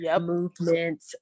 movement